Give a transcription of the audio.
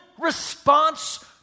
response